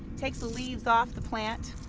takes the leaves off the plant,